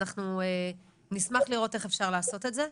אנחנו נשמח לראות איך אפשר לעשות את זה.